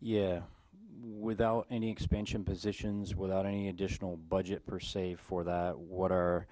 yeah without any expansion positions without any additional budget per se for that what our